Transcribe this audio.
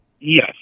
Yes